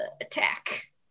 attack